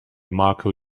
marko